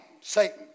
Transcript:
Satan